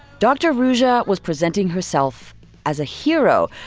dr. ruja was presenting herself as a hero,